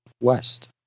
west